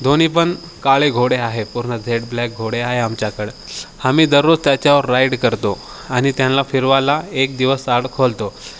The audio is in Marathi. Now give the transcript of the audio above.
दोन्हीपण काळे घोडे आहे पूर्ण झेड ब्लॅक घोडे आहे आमच्याकडं आम्ही दररोज त्याच्यावर राईड करतो आणि त्यांना फिरवायला एक दिवस आड खोलतो